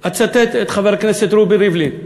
הילדים, אצטט את חבר הכנסת רובי ריבלין,